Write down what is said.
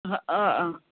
हा